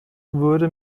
würde